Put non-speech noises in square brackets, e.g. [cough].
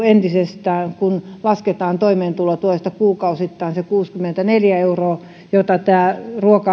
[unintelligible] entisestään kun lasketaan toimeentulotuesta kuukausittain se kuusikymmentäneljä euroa jonka tämä